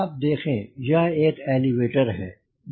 आप देखें यह एलीवेटर है